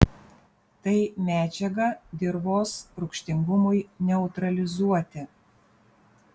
tai medžiaga dirvos rūgštingumui neutralizuoti